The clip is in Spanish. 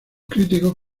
críticos